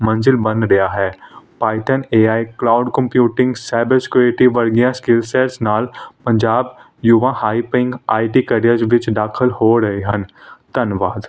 ਮੰਜਿਲ ਬਣ ਰਿਹਾ ਹੈ Python A I cloud computing cyber security ਵਰਗੀਆਂ ਸਕਿਲਸਿਸ ਨਾਲ ਪੰਜਾਬ ਯੁਵਾ ਹਾਈਪਿੰਗ ਆਈ ਟੀ ਕਰੀਅਰ ਵਿੱਚ ਦਾਖਲ ਹੋ ਰਹੇ ਹਨ ਧੰਨਵਾਦ